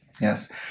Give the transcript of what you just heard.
Yes